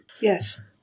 Yes